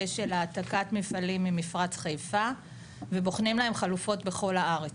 של העתקת מפעלים ממפרץ חיפה ובוחנים להם חלופות בכל הארץ.